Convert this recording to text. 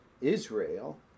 Israel